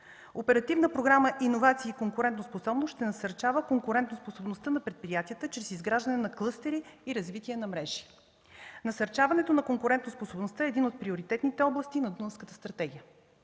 Оперативна програма „Иновации и конкурентоспособност” ще насърчава конкурентоспособността на предприятията с изграждане на клъстери и развитие на мрежи. Насърчаването на конкурентоспособността е един от приоритетните области на Дунавската стратегия.